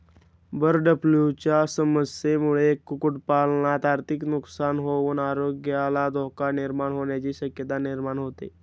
बर्डफ्लूच्या समस्येमुळे कुक्कुटपालनात आर्थिक नुकसान होऊन आरोग्याला धोका निर्माण होण्याची शक्यता निर्माण होते